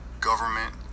government